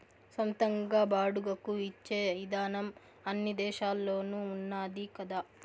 సొంతంగా బాడుగకు ఇచ్చే ఇదానం అన్ని దేశాల్లోనూ ఉన్నాది కదా